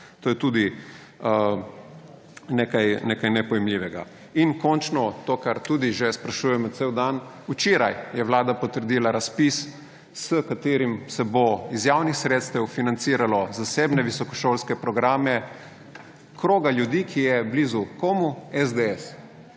To je tudi nekaj nepojmljivega. In končno to, kar tudi že sprašujemo cel dan. Včeraj je Vlada potrdila razpis, s katerim se bo iz javnih sredstev financiralo zasebne visokošolske programe kroga ljudi, ki je blizu komu? SDS.